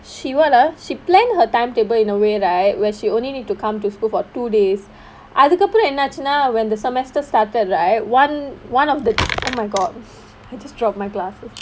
she what ah she plan her timetable in a way right where she only need to come to school for two days அதுக்கு அப்புறம் என்ன ஆச்சுன்னா வந்து:athukku appuram enna aachunnaa vanthu when the semester started right one one of the oh my god I just dropped my glasses